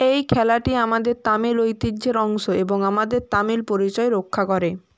এই খেলাটি আমাদের তামিল ঐতিহ্যের অংশ এবং আমাদের তামিল পরিচয় রক্ষা করে